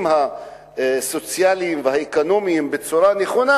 הסוציאליים והאקונומיים בצורה נכונה,